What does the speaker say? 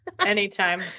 Anytime